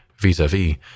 vis-à-vis